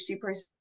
person